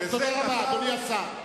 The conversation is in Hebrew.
תודה רבה, אדוני השר.